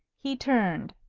he turned.